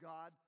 God